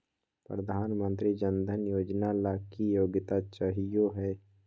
प्रधानमंत्री जन धन योजना ला की योग्यता चाहियो हे?